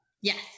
Yes